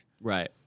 Right